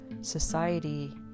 society